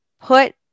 put